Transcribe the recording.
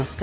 नमस्कार